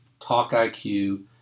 TalkIQ